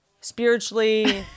spiritually